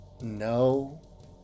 No